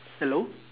hello